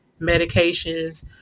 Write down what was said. medications